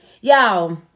Y'all